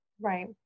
Right